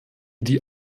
die